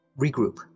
regroup